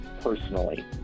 personally